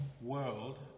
world